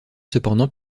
cependant